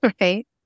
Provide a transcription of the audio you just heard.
right